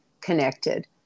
connected